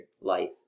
life